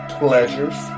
pleasures